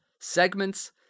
segments